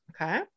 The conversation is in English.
Okay